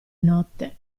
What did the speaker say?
notte